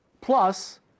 plus